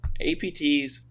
APTs